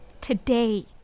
today